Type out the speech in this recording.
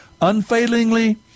unfailingly